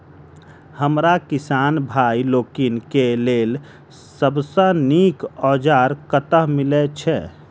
हमरा किसान भाई लोकनि केँ लेल सबसँ नीक औजार कतह मिलै छै?